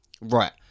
Right